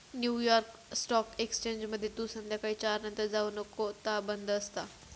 new York stock एक्सचेंजमध्ये तू संध्याकाळी चार नंतर जाऊ नको ता बंद असता